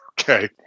Okay